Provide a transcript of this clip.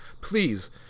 please